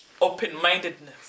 open-mindedness